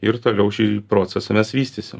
ir toliau šį procesą mes vystysim